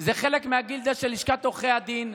זה חלק מהגילדה של לשכת עורכי הדין.